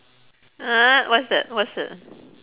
!huh! what's that what's that